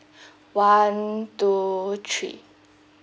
one two three